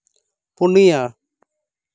ᱯᱩᱱᱤᱭᱟᱹ